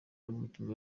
n’umutima